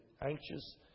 anxious